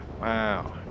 Wow